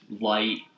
light